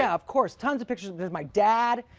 ah of course, tons of pictures of my dad,